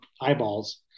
eyeballs